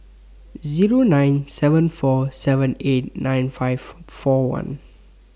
Zero nine seven four seven eight nine five four one